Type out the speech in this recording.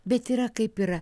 bet yra kaip yra